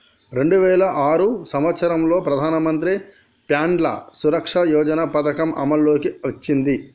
రెండు వేల ఆరు సంవత్సరంలో ప్రధానమంత్రి ప్యాన్య సురక్ష యోజన పథకం అమల్లోకి వచ్చింది